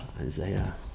Isaiah